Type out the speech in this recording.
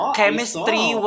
chemistry